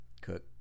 Cook